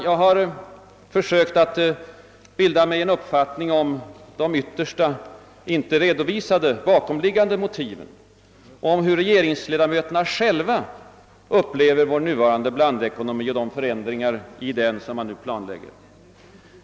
Jag har försökt bilda mig en uppfattning om de yttersta inte redovisade bakomliggande motiven, om hur regeringsledamöterna själva upplever vår nuvarande blandekonomi och de förändringar i den som man nu planlägger.